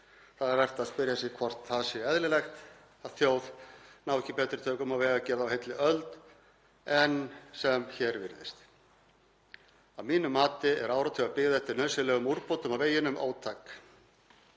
Það er vert að spyrja sig hvort það sé eðlilegt að þjóð nái ekki betri tökum á vegagerð á heilli öld en sem hér virðist. Að mínu mati er áratugabið eftir nauðsynlegum úrbótum á veginum ótæk.